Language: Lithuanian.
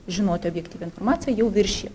žinoti objektyvią informaciją jau viršija